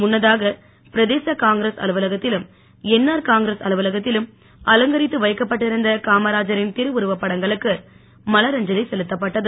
முன்னதாக பிரதேச காங்கிரஸ் தலைவர் அலுவலகத்திலும் என்ஆர் காங்கிரஸ் கட்சி அலுவலகத்திலும் அலங்கரித்து வைக்கப்பட்டு இருந்த காமராஜரின் திருவுருவப் படங்களுக்கு மலரஞ்சலி செலுத்தப்பட்டது